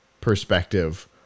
perspective